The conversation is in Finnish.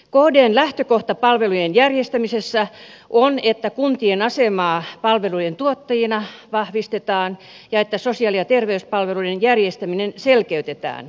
kdn lähtökohta palveluiden järjestämisessä on että kuntien asemaa palveluiden tuottajina vahvistetaan ja että sosiaali ja terveyspalveluiden järjestäminen selkeytetään